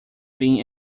being